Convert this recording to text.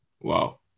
wow